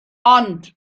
ond